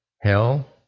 hell